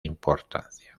importancia